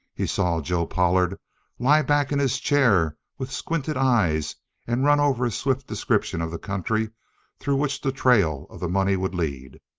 he saw joe pollard lie back in his chair with squinted eyes and run over a swift description of the country through which the trail of the money would lead.